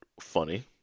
funny